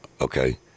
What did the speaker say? okay